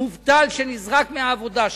מובטל שנזרק מהעבודה שלו.